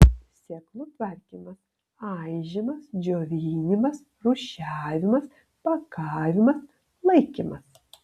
sėklų tvarkymas aižymas džiovinimas rūšiavimas pakavimas laikymas